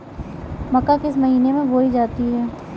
मक्का किस महीने में बोई जाती है?